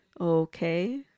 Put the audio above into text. Okay